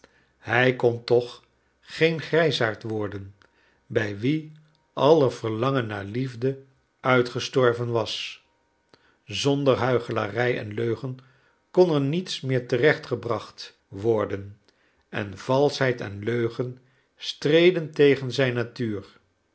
hij kon toch geen grijsaard worden bij wien alle verlangen naar liefde uitgestorven was zonder huichelarij en leugen kon er niets meer terecht gebracht worden en valschheid en leugen streden tegen zijn natuur